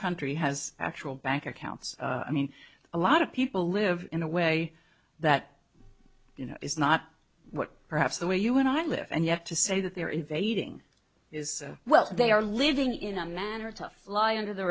country has actual bank accounts i mean a lot of people live in a way that you know is not what perhaps the way you and i live and you have to say that they're invading is well they are living in a manner to fly under the